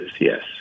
Yes